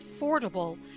affordable